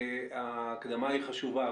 ההקדמה היא חשובה,